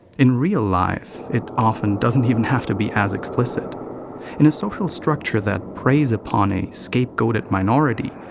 in real life, it often doesn't even have to be as explicit in a social structure that preys upon a scapegoated minority,